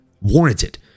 warranted